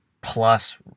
plus